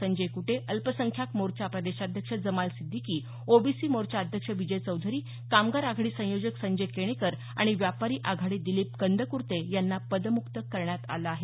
संजय कुटे अल्पसंख्यांक मोर्चा प्रदेशाध्यक्ष जमाल सिद्धीकी ओबीसी मोर्चा अध्यक्ष विजय चौधरी कामगार आघाडी संयोजक संजय केणेकर आणि व्यापारी आघाडी दिलीप कंद्कूर्ते यांना पदमुक्त केलं आहे